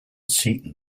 seton